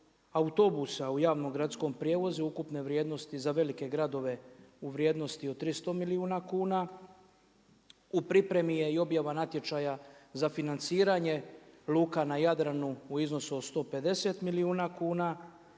autobusa u javnom gradskom prijevozu ukupne vrijednosti za velike gradove u vrijednosti od 300 milijuna kuna. U pripremi je i objava natječaja za financiranje luka na Jadranu u iznosu od 150 milijuna kuna,